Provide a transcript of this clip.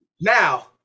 Now